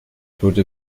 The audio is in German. tote